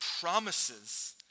promises